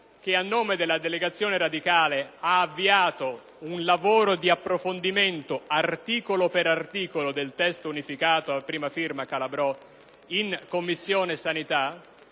che, a nome della delegazione radicale, ha avviato un lavoro di approfondimento, articolo per articolo, del testo unificato prima firma Calabrò in Commissione sanità,